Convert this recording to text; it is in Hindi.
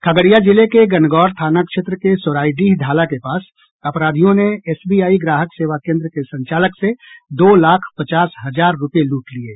खगड़िया जिले के गनगौर थाना क्षेत्र के सोराईडीह ढाला के पास अपराधियों ने एसबीआई ग्राहक सेवा केन्द्र के संचालक से दो लाख पचास हजार रुपये लूट लिये